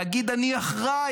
להגיד "אני אחראי".